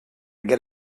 get